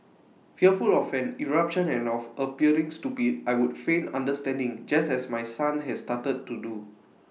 fearful of an eruption and of appearing stupid I would feign understanding just as my son has started to do